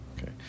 Okay